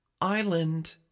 island